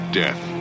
death